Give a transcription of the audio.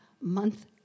month